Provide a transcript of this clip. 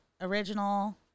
original